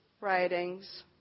writings